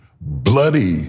bloody